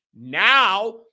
Now